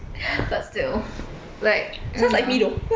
but still like